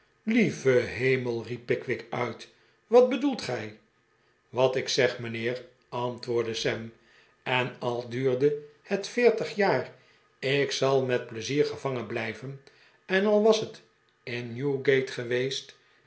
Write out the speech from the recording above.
lieve hemell riep pickwick uit wat bedoelt gij wat ik zeg mijnheer antwoordde sam en al duurde het veertig jaar ik zal met pleizier gevangen blijvenj en al was het in newgate geweest